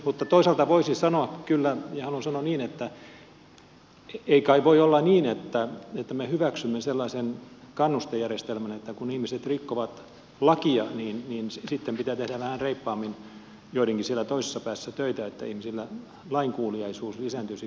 mutta toisaalta voisi sanoa kyllä ja haluan sanoa niin että ei kai voi olla niin että me hyväksymme sellaisen kannustejärjestelmän että kun ihmiset rikkovat lakia niin sitten pitää tehdä vähän reippaammin joidenkin siellä toisessa päässä töitä että ihmisillä lainkuuliaisuus lisääntyisi